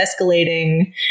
escalating